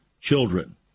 children